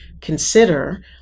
consider